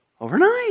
overnight